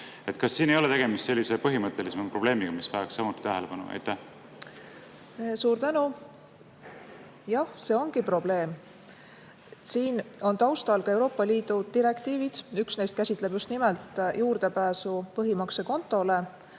Kas siin ei ole tegemist põhimõttelisema probleemiga, mis vajaks samuti tähelepanu? Suur tänu! Jah, see ongi probleem. Siin on taustal ka Euroopa Liidu direktiivid. Üks neist käsitleb just nimelt juurdepääsu põhimaksekontole,